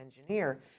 engineer